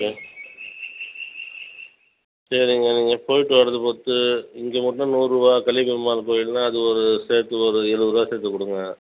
சரி சரிங்க நீங்கள் போயிட்டு வர்றத பொறுத்து இங்கே மட்டும் நூறுபா கலியப்பெருமாள் கோயில்னா அது ஒரு சேர்த்து ஒரு இருபது ரூபா சேர்த்துக் கொடுங்க